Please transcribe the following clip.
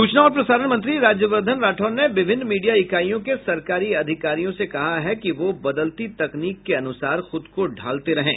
सूचना और प्रसारण मंत्री राज्यवर्धन राठौर ने विभिन्न मीडिया इकाइयों के सरकारी अधिकारियों से कहा है कि वह बदलती तकनीक के अनुसार खूद को ढालते रहें